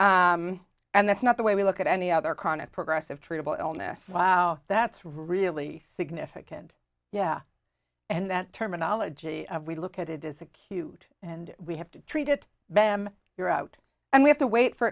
right and that's not the way we look at any other chronic progressive treatable illness wow that's really significant yeah and that terminology we look at it is acute and we have to treat it bam you're out and we have to wait for